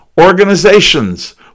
organizations